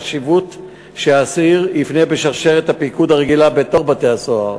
חשיבות שהאסיר יפנה בשרשרת הפיקוד הרגילה בתוך בתי-הסוהר.